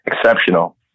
exceptional